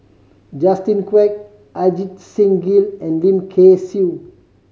Justin Quek Ajit Singh Gill and Lim Kay Siu